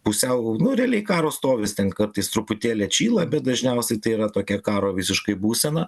pusiau nu realiai karo stovis ten kartais truputėlį atšyla bet dažniausiai tai yra tokia karo visiškai būsena